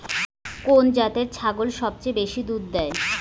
কুন জাতের ছাগল সবচেয়ে বেশি দুধ দেয়?